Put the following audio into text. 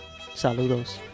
Saludos